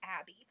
Abby